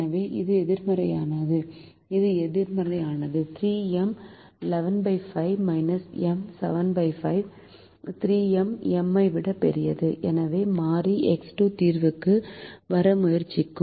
எனவே இது எதிர்மறையானது இது எதிர்மறையானது 3M 115 M 75 3M M ஐ விட பெரியது எனவே மாறி X2 தீர்வுக்கு வர முயற்சிக்கும்